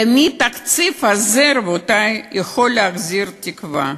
למי התקציב הזה, רבותי, יכול להחזיר תקווה,